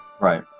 Right